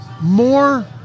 more